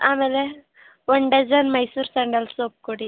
ಆಮೇಲೆ ಒಂದು dozen Mysore sandal soap ಕೊಡಿ